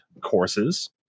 courses